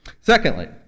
Secondly